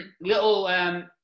little